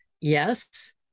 Yes